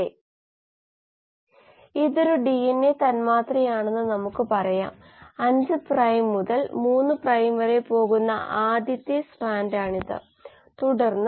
ഉപാപചയ ഫ്ലക്സ് വിശകലനം എന്താണെന്നറിയാൻ നമുക്ക് ഇത് ആരംഭിക്കാം മുകളിലുള്ള സ്ലൈഡിൽ കാണിച്ചിരിക്കുന്നതുപോലെ തുടക്കത്തിൽ കൽച്ചറിലെ എല്ലാ കോശങ്ങളെയും ഒരൊറ്റ വലിയ കോശം ഉപയോഗിച്ച് പ്രതിനിധീകരിക്കാം